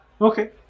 Okay